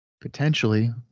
potentially